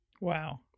wow